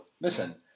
Listen